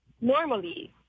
normally